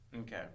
Okay